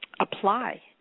apply